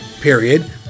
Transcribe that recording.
period